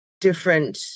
different